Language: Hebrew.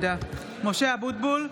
(קוראת בשמות חברי הכנסת) משה אבוטבול,